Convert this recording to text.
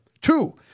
Two